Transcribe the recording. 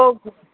okay